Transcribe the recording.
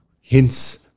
hints